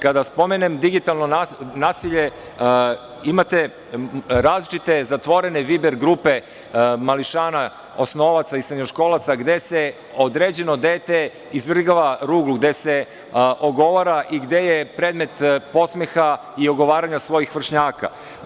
Kada spomenem digitalno nasilje imate različite zatvorene „viber“ grupe mališana, osnovaca i srednjoškolaca, gde se određeno dete izvrgava ruglu, gde se ogovara i gde je predmet podsmeha i ogovaranja svojih vršnjaka.